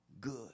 good